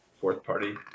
fourth-party